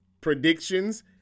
predictions